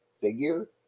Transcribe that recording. figure